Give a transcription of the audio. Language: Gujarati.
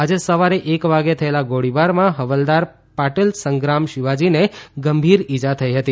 આજે સવારે એક વાગ્યે થયેલા ગોળીબારમાં હવલદાર પાટીલ સંગ્રામ શિવાજીને ગંભીર ઇજા થઇ હતી